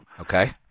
Okay